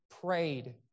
prayed